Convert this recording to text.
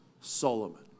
Solomon